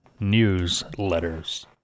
newsletters